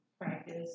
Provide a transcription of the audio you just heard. practice